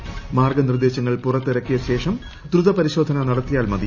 മാ്ർഗ്ഗ്ഗ്നിർദ്ദേശങ്ങൾ പുറത്തിറക്കിയ ശേഷം ദ്രുത പരിശ്ശോധന നടത്തിയാൽ മതി